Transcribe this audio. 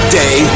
day